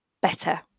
better